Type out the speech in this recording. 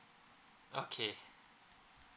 okay